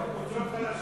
אמרנו, קבוצות חלשות.